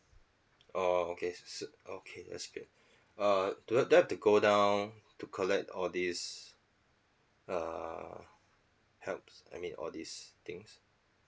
orh okay s~ s~ okay that's great err do do I've to go down to collect all these err helps I mean all these things